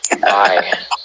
bye